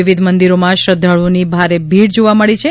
વિવિધ મંદિરોમાં શ્રધ્ધાળુઓની ભારે ભીડ જોવા મળે છે